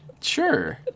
Sure